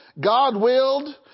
God-willed